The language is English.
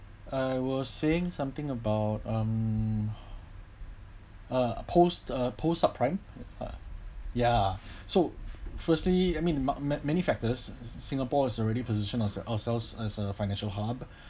I was saying something about um a post uh post sub prime uh ya so firstly I mean mark man~ many factors singapore is already position of ourselves as a financial hub